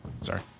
Sorry